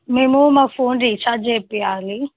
మేము మా phone recharge చేపించాలి